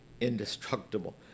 indestructible